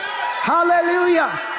hallelujah